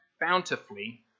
bountifully